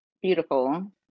beautiful